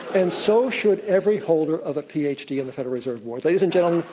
and so should every holder of a ph. d. in the federal reserve board. ladies and gentlemen,